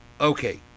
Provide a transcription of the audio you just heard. Okay